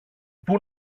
πού